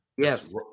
Yes